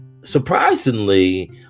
surprisingly